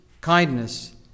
kindness